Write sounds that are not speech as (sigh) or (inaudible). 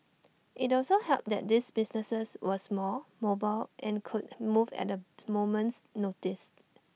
(noise) IT also helped that these businesses were small mobile and could move at A moment's notice